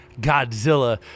Godzilla